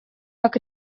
как